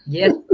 yes